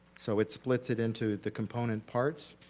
so it splits it into the component parts.